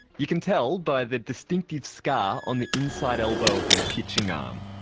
you can tell by the distinctive scar on the inside elbow of their pitching um